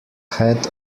head